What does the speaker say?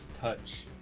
touch